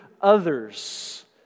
others